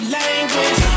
language